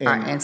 and